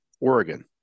Oregon